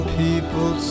people